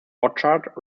orchard